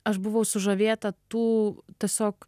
aš buvau sužavėta tų tiesiog